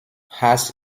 hass